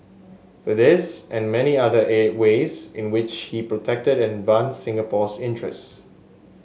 for this and many other ways in which he protected and advanced Singapore's interest